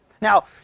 Now